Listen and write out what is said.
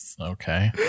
okay